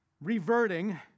reverting